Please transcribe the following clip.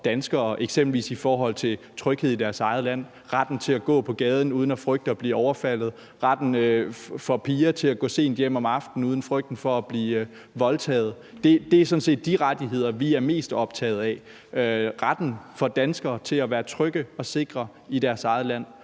danskere, eksempelvis i forhold til tryghed i deres eget land. Det er retten til at gå på gaden uden at frygte at blive overfaldet, retten for piger til at gå sent hjem om aftenen uden frygten for at blive voldtaget. Det er sådan set de rettigheder, vi er mest optaget af, altså retten for danskere til at være trygge og sikre i deres eget land.